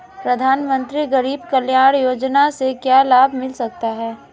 प्रधानमंत्री गरीब कल्याण योजना से क्या लाभ मिल सकता है?